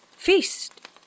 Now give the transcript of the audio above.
Feast